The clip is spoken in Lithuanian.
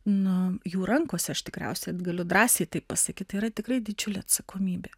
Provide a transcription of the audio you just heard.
nu jų rankose aš tikriausiai galiu drąsiai taip pasakyt tai yra tikrai didžiulė atsakomybė